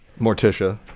Morticia